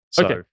Okay